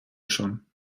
schon